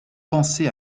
penser